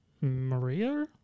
Maria